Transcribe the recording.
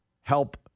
help